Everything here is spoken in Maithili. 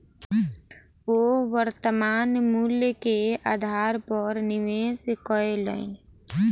ओ वर्त्तमान मूल्य के आधार पर निवेश कयलैन